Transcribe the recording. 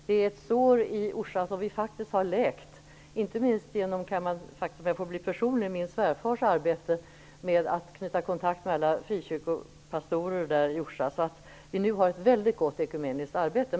Det är ett sår som vi faktiskt har läkt i Orsa, inte minst genom - om jag får vara personlig - min svärfars arbete med att knyta kontakt med alla frikyrkopastorer i Orsa, så att vi nu har ett väldigt gott ekumeniskt arbete.